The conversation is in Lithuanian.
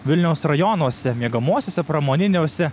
vilniaus rajonuose miegamuosiuose pramoniniuose